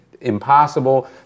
impossible